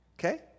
Okay